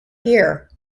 here